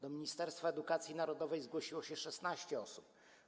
Do Ministerstwa Edukacji Narodowej zgłosiło się 16 osób.